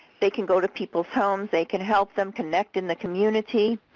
they can go to people's homes they can help them connect in the community,